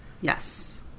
Yes